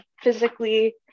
physically